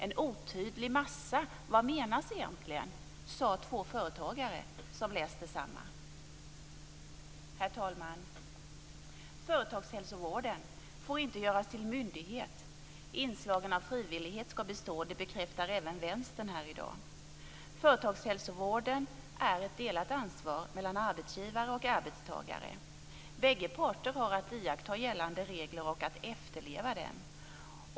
"En otydlig massa. Vad menas egentligen?" sade två företagare som hade läst propositionen. Herr talman! Företagshälsovården får inte göras till myndighet. Inslagen av frivillighet ska bestå. Det bekräftade även Vänstern här i dag. Företagshälsovården är ett delat ansvar mellan arbetsgivare och arbetstagare. Bägge parter har att iaktta gällande regler och att efterleva dem.